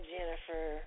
Jennifer